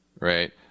right